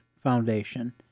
foundation